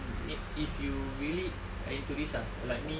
make if you really into this ah like me